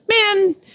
man